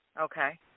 Okay